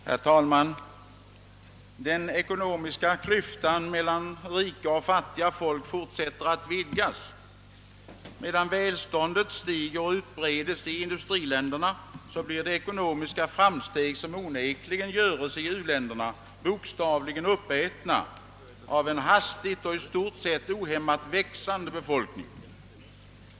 Herr talman! »Den ekonomiska klyftan mellan rika och fattiga folk fortsätter att vidgas. Medan välståndet stiger och utbreds i industriländerna blir de ekonomiska framsteg som onekligen görs i u-länderna bokstavligt talat uppätna av en hastigt och i stort sett ohämmat växande befolkning.